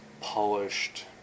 polished